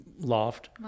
loft